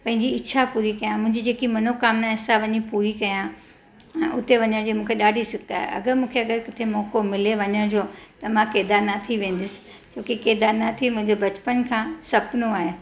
पंहिंजी इच्छा पूरी कयां मुंहिंजी जेकी मनोकामना आहे सा वञीं पूरी कयां ऐं उते वञण जी मूंखे ॾाढी सिक आहे अगरि मूंखे अगरि किथे मौक़ो मिले वञण जो त मां केदारनाथ ई वेंदसि छो कि केदारनाथ ई मुंहिंजो बचपन खां सुपिनो आहे